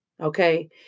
Okay